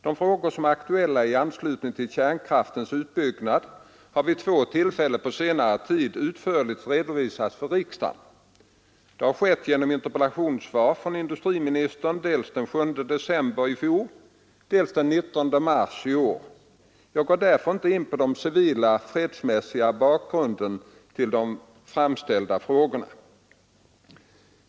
De frågor som är aktuella i anslutning till kärnkraftens utbyggnad har vid två tillfällen på senare tid utförligt redovisats för riksdagen. Det har skett genom interpellationssvar från industriministern dels den 7 december i fjol, dels den 19 mars i år. Jag går därför inte in på den civila, fredsmässiga bakgrunden till de framställda frågorna.